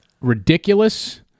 ridiculous